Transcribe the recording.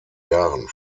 jahren